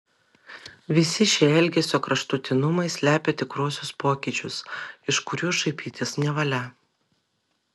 visi šie elgesio kraštutinumai slepia tikruosius pokyčius iš kurių šaipytis nevalia